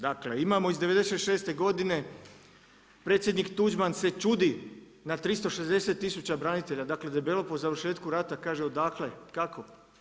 Dakle imamo iz '96. godine, predsjednik Tuđman se čudi na 360 tisuća branitelja, dakle debelo poslije završetku rata, kaže odakle, kako.